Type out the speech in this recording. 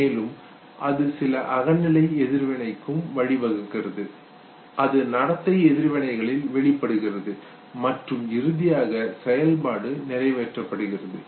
மேலும் அது சில அகநிலை எதிர்வினைக்கும் வழிவகுக்கிறது அது நடத்தை எதிர்வினைகளில் வெளிப்படுகிறது மற்றும் இறுதியாக செயல்பாடு நிறைவேற்றப்படுகிறது